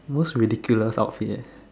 most ridiculous outfit eh